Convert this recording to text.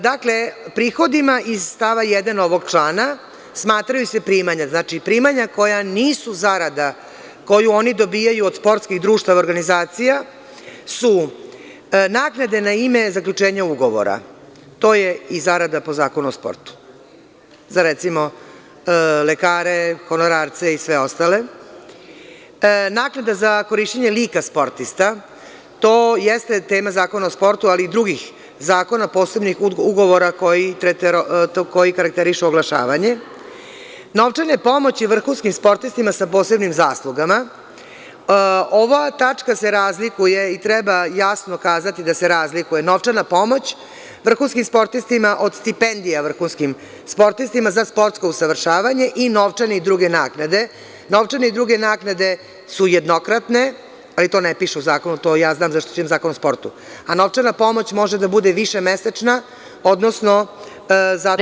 Dakle, prihodima iz stava 1. ovog člana smatraju se primanja koja nisu zarada koju oni dobijaju od sportskih društava i organizacija, a to su: naknade na ime zaključenja ugovora, a to je i zarada po Zakonu o sportu, za, recimo, lekare, honorarce i sve ostale; naknade za korišćenje lika sportista, to jeste tema Zakona o sportu, ali i drugih zakona, posebnih ugovora koji karakterišu oglašavanje; novčane pomoći vrhunskim sportistima sa posebnim zaslugama, a to se razlikuje i treba jasno kazati da se razlikuje novčana pomoć vrhunskim sportistima od stipendija vrhunskim sportistima za sportsko usavršavanje; novčane i druge naknade, one su jednokratne, ali to ne piše u zakonu, ja znam zato što čitam Zakon o sportu, a novčana pomoć može da bude višemesečna, odnosno zato što…